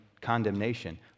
condemnation